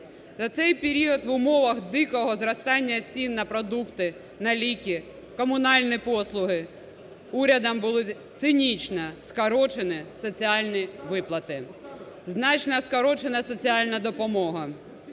За цей період в умовах дикого зростання цін на продукти, на ліки, комунальні послуги урядом було цинічно скорочено соціальні виплати, значно скорочена соціальна допомога.